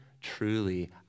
truly